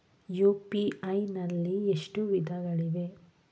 UPI ನಲ್ಲಿ ಎಷ್ಟು ವಿಧಗಳಿವೆ?